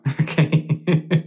Okay